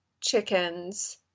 chickens